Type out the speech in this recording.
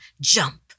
jump